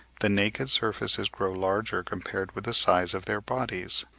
the naked surfaces grow larger compared with the size of their bodies.